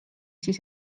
siis